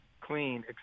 clean